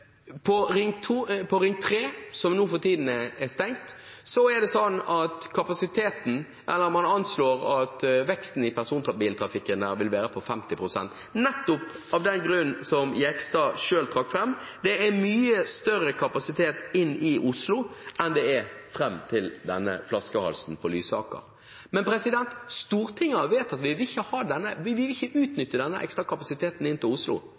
På Ring 3, som for tiden er stengt, er det slik at man anslår at veksten i personbiltrafikken vil være på 50 pst., nettopp av den grunn som Jegstad selv trakk fram. Det er mye større kapasitet inn til Oslo enn det er fram til denne flaskehalsen på Lysaker. Men Stortinget har vedtatt at vi ikke vil utnytte denne ekstra kapasiteten inn til Oslo.